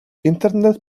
internet